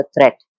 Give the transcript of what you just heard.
threat